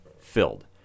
filled